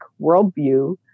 worldview